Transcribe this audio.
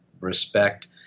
respect